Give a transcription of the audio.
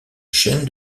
chaîne